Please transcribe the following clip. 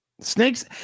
Snakes